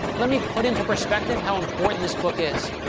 let me put into perspective how important this book is.